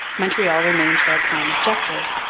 montreal remained their prime objective.